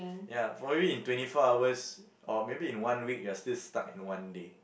ya for you in twenty four hours or maybe in one week you are still stuck in the one day